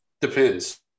Depends